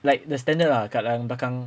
like the standard lah kadang kadang belakang